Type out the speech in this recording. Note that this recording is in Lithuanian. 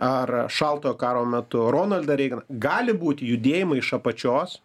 ar šaltojo karo metu ronaldą reiganą gali būti judėjimai iš apačios